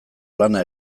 lana